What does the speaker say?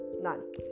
None